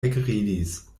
ekridis